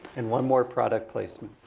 and one more product placement.